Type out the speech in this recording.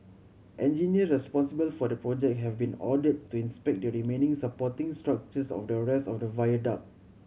engineers responsible for the project have been ordered to inspect the remaining supporting structures of the rest of the viaduct